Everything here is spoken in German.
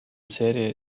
serie